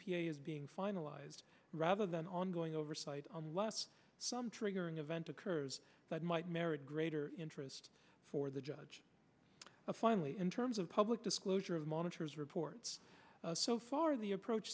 p a is being finalized rather than ongoing oversight on lest some triggering event occurs that might merit greater interest for the judge finally in terms of public disclosure of monitors reports so far the approach